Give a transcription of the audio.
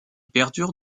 perdure